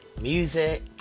music